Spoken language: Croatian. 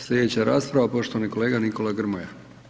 Sljedeća rasprava poštovani kolega Nikola Grmoja.